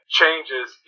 changes